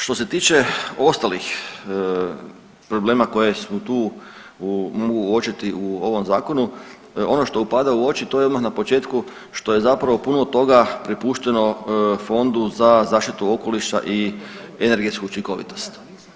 Što se tiče ostalih problema koji se tu mogu uočiti u ovom zakonu ono što upada u oči to je odmah na početku što je zapravo puno toga prepušteno Fondu za zaštitu okoliša i energetsku učinkovitost.